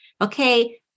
okay